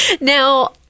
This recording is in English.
Now